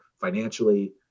financially